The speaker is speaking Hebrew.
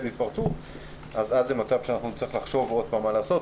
התפרצות אז זה מצב שאנחנו נצטרך לחשוב עוד פעם מה לעשות,